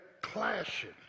clashing